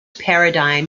paradigm